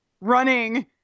running